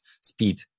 speed